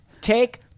Take